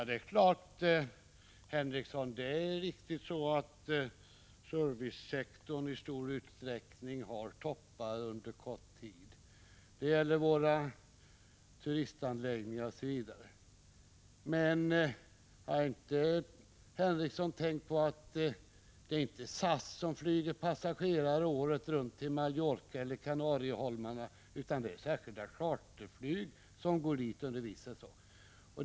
Herr talman! Det är riktigt, Sven Henricsson, att servicesektorn i stor utsträckning har toppar under kort tid. Det gäller bl.a. våra turistanläggningar. Men har inte Sven Henricsson tänkt på att det inte är SAS som flyger passagerare året runt till Mallorca eller Kanarieöarna utan att det är särskilda charterflyg som går dit under viss säsong?